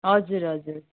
हजुर हजुर